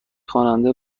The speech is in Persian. خواننده